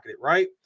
Right